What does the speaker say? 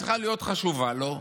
צריכות להיות חשובות לו,